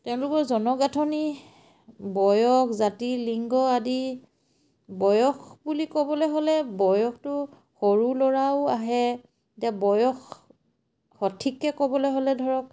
তেওঁলোকৰ জনগাঁথনি বয়স জাতি লিংগ আদি বয়স বুলি ক'বলৈ হ'লে বয়সটো সৰু ল'ৰাও আহে এতিয়া বয়স সঠিককৈ ক'বলৈ হ'লে ধৰক